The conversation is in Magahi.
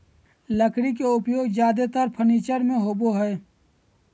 लकड़ी के उपयोग ज्यादेतर फर्नीचर में होबो हइ